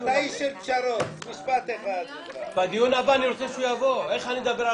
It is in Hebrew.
הישיבה ננעלה בשעה 12:37.